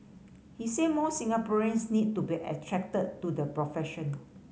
he said more Singaporeans need to be attracted to the profession